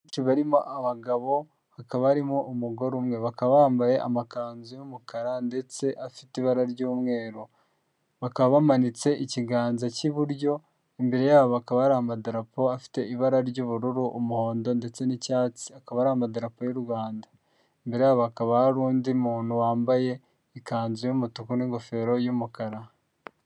Benshi barimo abagabo, hakaba barimo umugore umwe. Bakaba bambaye amakanzu y'umukara ndetse afite ibara ry'umweru. Bakaba bamanitse ikiganza cy'iburyo, imbere yabo hakaba hari amadarapo afite ibara ry'ubururu, umuhondo ndetse n'icyatsi. Akaba ari amadarapo y'u Rwanda. Imbere hakaba hari undi muntu wambaye ikanzu y'umutuku n'ingofero y'umukara.